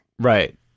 Right